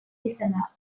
listener